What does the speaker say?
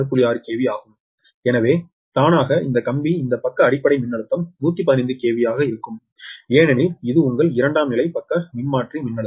6 KV ஆகும் எனவே தானாக இந்த கம்பி இந்த பக்க அடிப்படை மின்னழுத்தம் 115 KV ஆக இருக்கும் ஏனெனில் இது உங்கள் இரண்டாம் நிலை பக்க மின்மாற்றி மின்னழுத்தம்